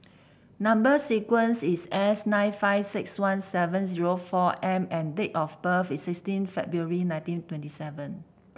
number sequence is S nine five six one seven zero four M and date of birth is sixteen February nineteen twenty seven